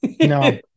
No